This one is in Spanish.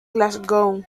glasgow